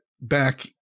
back